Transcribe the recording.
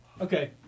Okay